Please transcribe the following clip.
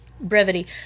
brevity